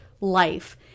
life